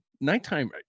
Nighttime